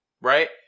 Right